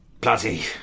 bloody